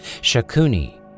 Shakuni